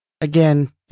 again